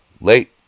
late